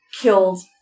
killed